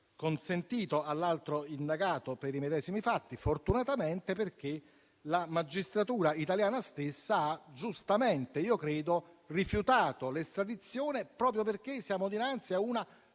consentito all'altro indagato per i medesimi fatti (fortunatamente), perché la magistratura italiana stessa ha giustamente (io credo) rifiutato l'estradizione, proprio perché siamo dinanzi a una